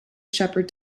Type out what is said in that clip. shepherd